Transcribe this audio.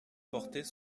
portait